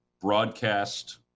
broadcast